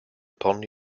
upon